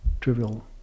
trivial